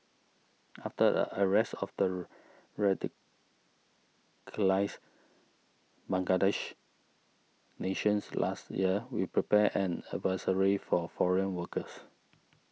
after a arrest of their radicalised Bangladeshi nations last year we prepared an advisory for foreign workers